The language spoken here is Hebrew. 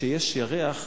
כשיש ירח,